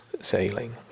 sailing